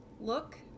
look